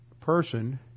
person